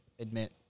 admit